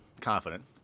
confident